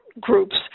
groups